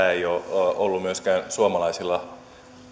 ole ollut sitä myöskään suomalaisilla